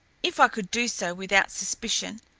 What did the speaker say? if i could do so without suspicion,